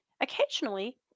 occasionally